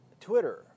Twitter